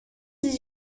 dix